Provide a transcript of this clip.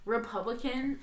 Republican